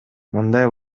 мындай